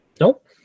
Nope